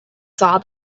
saw